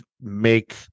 make